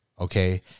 Okay